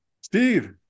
Steve